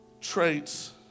traits